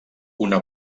una